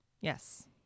Yes